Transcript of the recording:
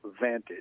Vantage